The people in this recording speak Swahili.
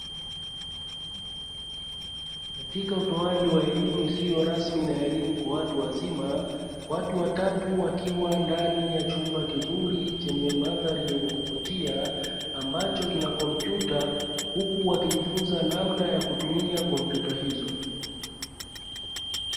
Katika utoaji wa elimu isiyo rasmi na elimu kwa watu wazima, watu watatu wakiwa ndani ya chumba kizuri na mandhari ya kuvutia ambacho kina kompyuta, huku wakijifunza namna ya kutumia kompyuta hizo.